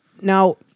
Now